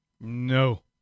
No